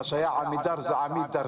מה שהיה עמידר זה "עמידרדר".